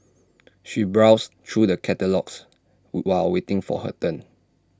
she browsed through the catalogues while waiting for her turn